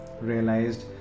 Realized